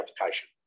application